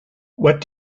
what